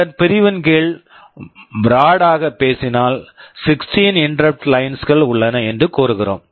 இந்த பிரிவின் கீழ் ப்ராட் broad -ஆகப் பேசினால் 16 இன்டெரப்ட்ஸ் லைன்ஸ் interrupt lines கள் உள்ளன என்று கூறுகிறோம்